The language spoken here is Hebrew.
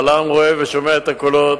אבל העם רואה ושומע את הקולות.